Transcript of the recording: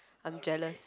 I'm jealous